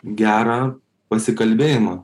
gerą pasikalbėjimą